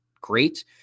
great